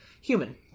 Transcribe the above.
human